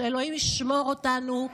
שאלוהים ישמור אותנו,